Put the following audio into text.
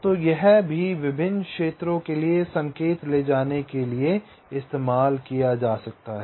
तो यह भी विभिन्न क्षेत्रों के लिए संकेत ले जाने के लिए इस्तेमाल किया जा सकता है